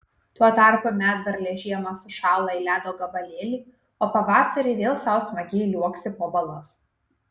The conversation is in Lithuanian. tuo tarpu medvarlė žiemą sušąla į ledo gabalėlį o pavasarį vėl sau smagiai liuoksi po balas